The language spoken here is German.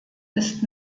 ist